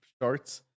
starts